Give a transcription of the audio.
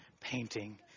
painting